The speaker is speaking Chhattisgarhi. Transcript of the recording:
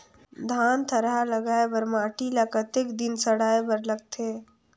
धान थरहा लगाय बर माटी ल कतेक दिन सड़ाय बर लगथे?